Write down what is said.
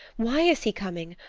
why is he coming?